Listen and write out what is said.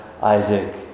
Isaac